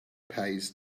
pays